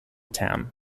town